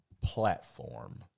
Platform